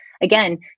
again